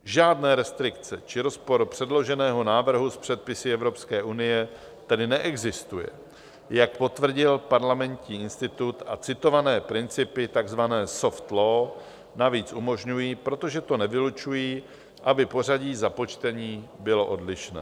Žádné restrikce či rozpor předloženého návrhu s předpisy Evropské unie tedy neexistuje, jak potvrdil Parlamentní institut, a citované principy, takzvané soft law, navíc umožňují, protože to nevylučují, aby pořadí započtení bylo odlišné.